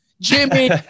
jimmy